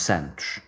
Santos